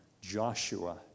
Joshua